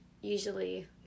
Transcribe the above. usually